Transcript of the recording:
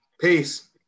Peace